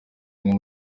bamwe